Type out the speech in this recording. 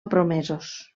promesos